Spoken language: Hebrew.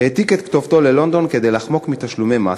העתיק את כתובתו ללונדון כדי לחמוק מתשלומי מס,